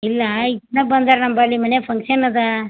ಇಲ್ಲ ಬಂದಾರೆ ನಮ್ಮಲ್ಲಿ ಮನ್ಯಾಗ ಫಂಕ್ಷನ್ ಅದ